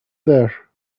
there